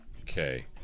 Okay